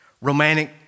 Romantic